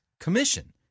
commission